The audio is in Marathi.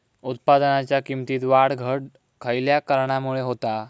उत्पादनाच्या किमतीत वाढ घट खयल्या कारणामुळे होता?